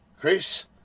Chris